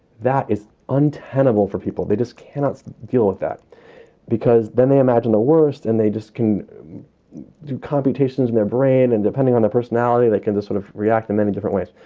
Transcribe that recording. that is untenable for people. they just cannot deal with that because then they imagine the worst and they just can do computations in their brain. and depending on the personality, they can sort of react in many different ways.